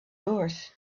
yours